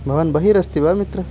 भवान् बहिरस्ति वा मित्र